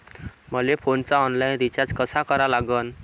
मले फोनचा online recharge कसा करा लागन?